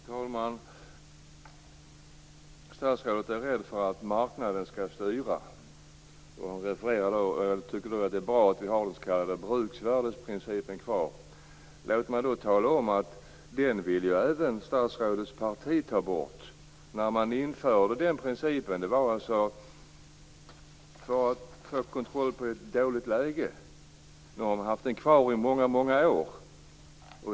Herr talman! Statsrådet är rädd för att marknaden skall styra och tycker att det är bra att vi har den s.k. bruksvärdesprincipen kvar. Låt mig då tala om att den vill även statsrådets parti ta bort. När den principen infördes var det för att få kontroll på ett dåligt läge. Nu har den funnits kvar i många, många år.